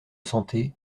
santé